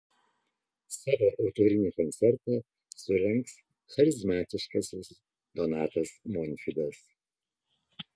savo autorinį koncertą surengs charizmatiškasis donatas montvydas